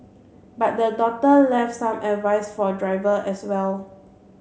but the daughter left some advice for driver as well